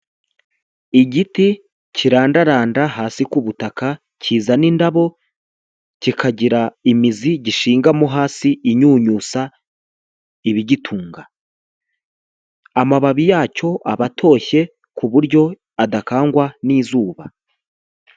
Igiti kirandaranda hasi ku butaka kizana indabo kikagira imizi gishingamo hasi inyunyusa ibigitunga amababi yacyo aba atoshye ku buryo adakangwa n'izuba .